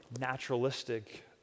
naturalistic